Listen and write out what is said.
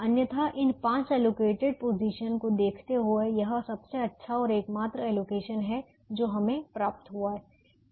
अन्यथा इन पांच एलोकेटेड पोजीशन को देखते हुए यह सबसे अच्छा और एकमात्र एलोकेशन है जो हमें प्राप्त हुआ है